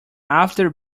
after